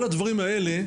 כל הדברים האלה,